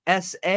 SA